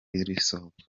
risohoka